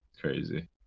Crazy